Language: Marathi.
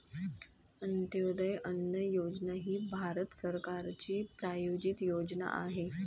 अंत्योदय अन्न योजना ही भारत सरकारची प्रायोजित योजना आहे